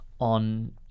on